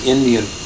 Indian